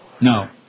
No